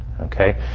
Okay